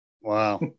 wow